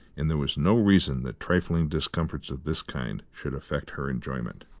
and there was no reason that trifling discomforts of this kind should affect her enjoyment.